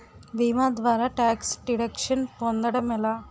భీమా ద్వారా tax deduction పొందటం ఎలా?